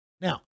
Now